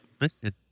Listen